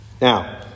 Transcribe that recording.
Now